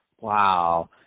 Wow